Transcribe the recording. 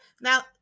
Now